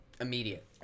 immediate